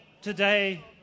today